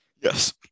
Yes